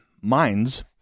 minds